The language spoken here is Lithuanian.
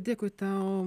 dėkui tau